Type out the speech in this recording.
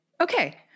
Okay